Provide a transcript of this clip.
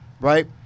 right